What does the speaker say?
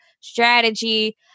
strategy